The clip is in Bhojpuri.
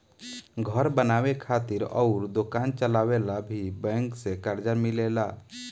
घर बनावे खातिर अउर दोकान चलावे ला भी बैंक से कर्जा मिलेला